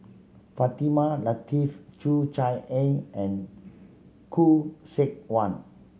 Fatimah Lateef Cheo Chai Eng and Khoo Seok Wan